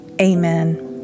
Amen